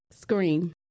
Scream